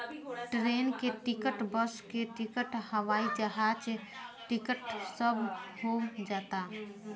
train के ticket, bus के ticket, हवाई जहाज टिकट सब हो जाता